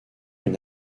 une